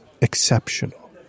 exceptional